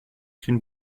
can